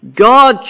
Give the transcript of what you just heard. God